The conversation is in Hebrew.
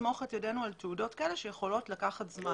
שנסמוך את ידינו על תעודות כאלה שיכולות לקחת זמן.